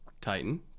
Titan